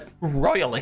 royally